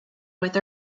with